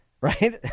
right